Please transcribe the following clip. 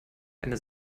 eine